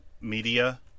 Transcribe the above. media